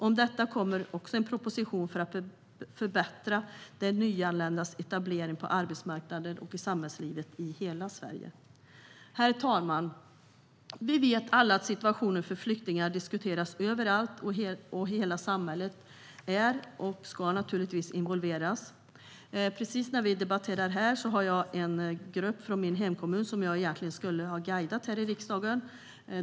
Om detta kommer också en proposition för att förbättra de nyanländas etablering på arbetsmarknaden och i samhällslivet i hela Sverige. Herr talman! Vi vet alla att situationen för flyktingar diskuteras överallt, och hela samhället är involverat. Medan vi debatterar här har jag en grupp från min hemkommun på besök som jag egentligen skulle ha guidat här i riksdagen.